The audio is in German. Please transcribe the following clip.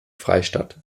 freistadt